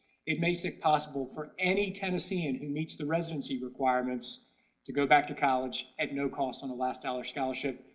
it makes it possible for any tennessean who meets the residency requirements to go back to college at no cost on the last dollar scholarship,